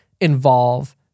involve